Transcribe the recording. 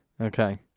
Okay